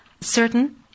certain